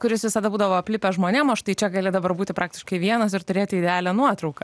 kuris visada būdavo aplipęs žmonėm o štai čia gali dabar būti praktiškai vienas ir turėti realią nuotrauką